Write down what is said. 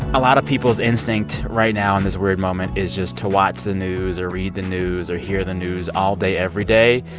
a lot of people's instinct right now in this weird moment is just to watch the news or read the news or hear the news all day every day.